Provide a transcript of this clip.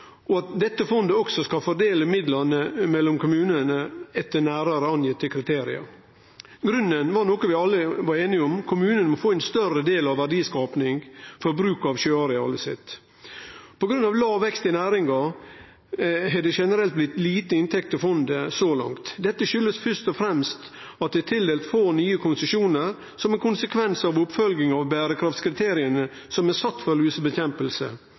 og at dette fondet også skal fordele midlane mellom kommunane etter nærmare angitte kriterium. Grunnen var noko vi alle var einige om: Kommunane må få ein større del av verdiskapinga for bruk av sjøarealet sitt. På grunn av låg vekst i næringa har det blitt generert lite inntekt til fondet så langt. Dette har først og fremst si årsak i at det er tildelt få nye konsesjonar som ein konsekvens av oppfølging av berekraftskriteria som er sette for